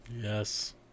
Yes